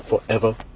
forever